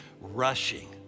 rushing